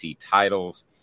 titles